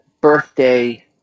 birthday